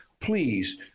please